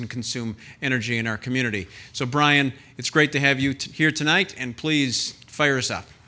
and consume energy in our community so brian it's great to have you here tonight and please fires up